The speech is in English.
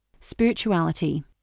spirituality